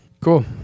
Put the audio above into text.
Cool